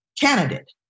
candidate